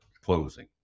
closing